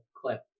clip